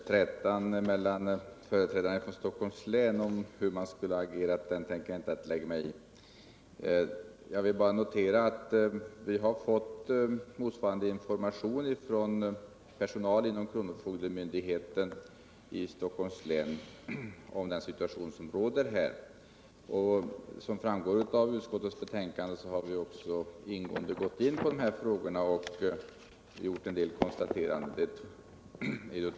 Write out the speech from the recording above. : Herr talman! Trätan mellan företrädarna för Stockholms län om hur man skulle ha agerat tänker jag inte lägga mig i. Jag vill bara notera att vi fått motsvarande information. från personal inom kronofogdemyndigheten i Stockholms län om den .situation som råder här. Som framgår av utskottets betänkande har vi ingående behandlat dessa frågor och gjort en del konstateranden.